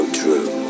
true